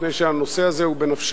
מפני שהנושא הזה הוא בנפשנו,